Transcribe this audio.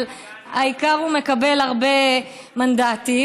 אבל העיקר, הוא מקבל הרבה מנדטים.